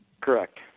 correct